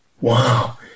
Wow